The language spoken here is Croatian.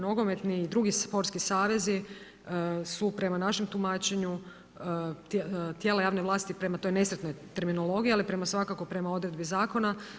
Nogometni i drugi sportski savezi su prema našem tumačenju tijela javne vlasti prema toj nesretnoj terminologiji, ali prema svakako prema odredbi zakona.